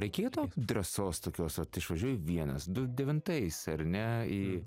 reikėjo tau drąsos tokios vat išvažiuoji vienas du devintais ar ne į